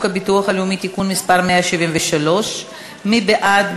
הביטוח הלאומי (תיקון מס' 173). מי בעד?